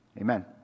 Amen